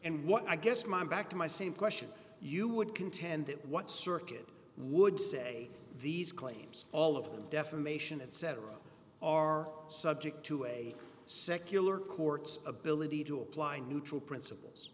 what i guess my back to my same question you would contend that what circuit would say these claims all of them defamation etc are subject to a secular court's ability to apply neutral principles